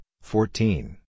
fourteen